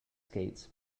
skates